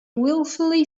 wilfully